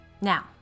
Now